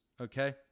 Okay